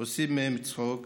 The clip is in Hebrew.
עושים מהם צחוק.